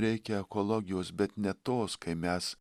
reikia ekologijos bet ne tos kai mes